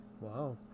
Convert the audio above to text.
Wow